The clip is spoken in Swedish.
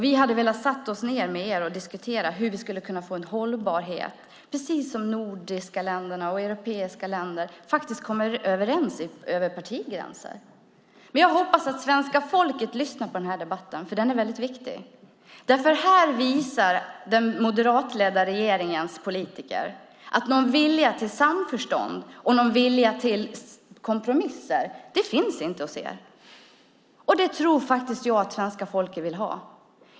Vi hade velat sätta oss ned med er och diskutera hur vi skulle kunna få en hållbarhet, precis som nordiska länder och europeiska länder kommer överens över partigränser. Jag hoppas att svenska folket lyssnar på den här debatten, för den är väldigt viktig. Här visar den moderatledda regeringens politiker att någon vilja till samförstånd och kompromisser inte finns. Det tror jag att svenska folket vill ha.